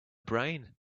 brain